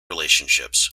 relationships